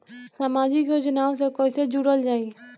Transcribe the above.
समाजिक योजना से कैसे जुड़ल जाइ?